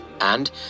And